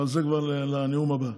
אבל זה כבר לנאום הבא,